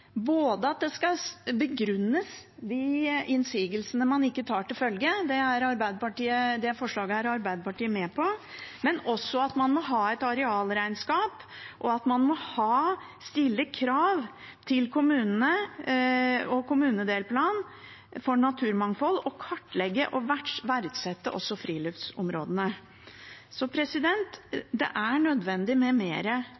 både at de innsigelsene man ikke tar til følge, skal begrunnes – det forslaget er Arbeiderpartiet med på – at man må ha et arealregnskap, og at man må stille krav til kommunene i kommunedelplanen for naturmangfold og kartlegge og verdsette også friluftsområdene.